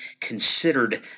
considered